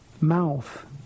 mouth